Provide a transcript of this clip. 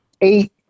eight